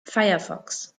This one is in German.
firefox